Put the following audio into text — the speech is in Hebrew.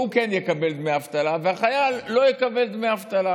והוא כן יקבל דמי אבטלה והחייל לא יקבל דמי אבטלה,